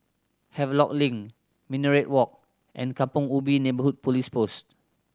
Havelock Link Minaret Walk and Kampong Ubi Neighbourhood Police Post